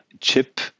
chip